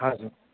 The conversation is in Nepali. हजुर